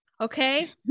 okay